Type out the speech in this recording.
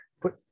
put